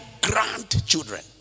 grandchildren